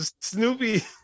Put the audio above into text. Snoopy